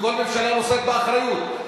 וכל ממשלה נושאת באחריות.